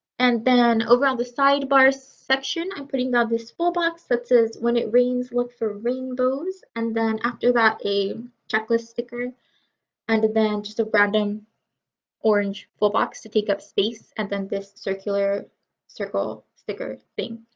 and then over on the sidebar section i'm putting down ah this full box that says when it rains look for rainbows and then after that a checklist sticker and then just a random orange full box to take up space and then this circular circle sticker thing.